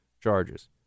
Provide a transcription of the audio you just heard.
charges